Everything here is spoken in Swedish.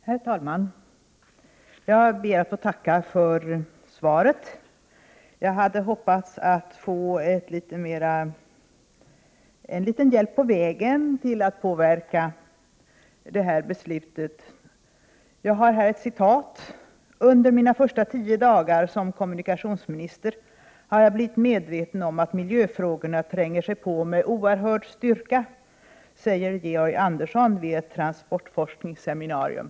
Herr talman! Jag ber att få tacka för svaret. Jag hade hoppats få en liten hjälp på vägen när det gäller att påverka det beslut som frågan gäller. Här har jag ett citat: ”Under mina första tio dagar som kommunikationsminister har jag blivit medveten om att miljöfrågorna tränger sig på med oerhörd styrka.” Så sade Georg Andersson vid ett transportforskningssemi narium.